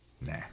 Nah